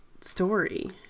story